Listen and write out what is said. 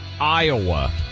Iowa